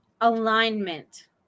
alignment